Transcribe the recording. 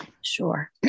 Sure